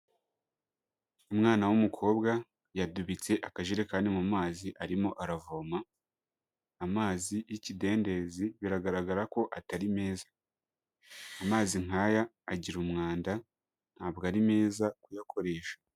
Umwana w'umukobwa yadubitse akajerekani mu mazi arimo aravoma, amazi y'ikidendezi biragaragara ko atari meza. Amazi nk'aya agira umwanda ntabwo ari meza kuyakoresha.